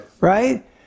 Right